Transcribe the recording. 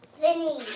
Vinny